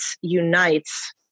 unites